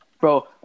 Bro